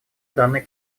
данной